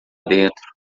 dentro